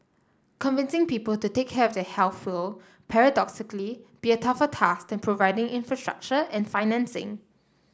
convincing people to take care of their health will paradoxically be a tougher task than providing infrastructure and financing